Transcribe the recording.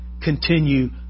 continue